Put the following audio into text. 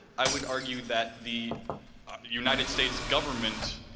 i would argue that the united states government,